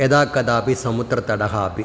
यदाकदापि समुद्रतटः अपि